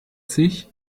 sich